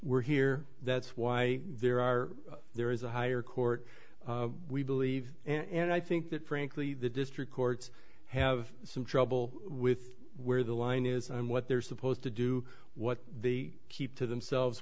we're here that's why there are there is a higher court we believe and i think that frankly the district courts have some trouble with where the line is and what they're supposed to do what the keep to themselves